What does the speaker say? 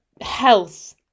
health